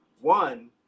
one